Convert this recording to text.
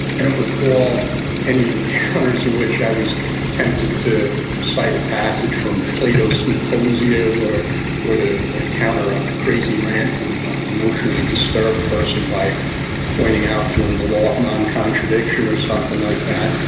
i don't recall any encounters in which i was tempted to cite a passage from plato's symposium, or or to like counter ah a crazy rant from an ah emotionally disturbed person by pointing out to them the law of non-contradiction or something like that.